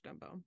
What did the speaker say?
Dumbo